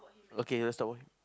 okay let's talk more